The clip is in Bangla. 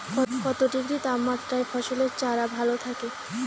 কত ডিগ্রি তাপমাত্রায় ফসলের চারা ভালো থাকে?